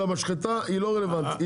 המשחטה היא לא רלוונטית, היא